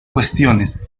cuestiones